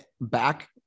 back